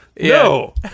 no